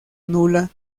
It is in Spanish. nula